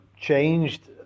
changed